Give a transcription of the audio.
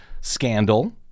scandal